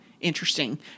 interesting